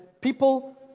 people